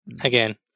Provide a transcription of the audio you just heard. Again